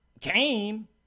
came